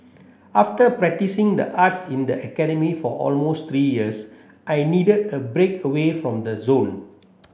after practising the arts in the academy for almost three years I needed a break away from the zone